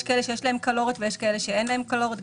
יש כאלה שיש בהם קלוריות ויש כאלה שאין בהם קלוריות,